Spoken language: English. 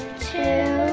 two,